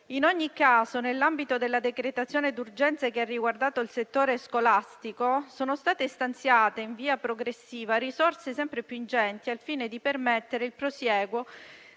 In ogni caso, nell'ambito della decretazione d'urgenza che ha riguardato il settore scolastico sono state stanziate in via progressiva risorse sempre più ingenti al fine di permettere il prosieguo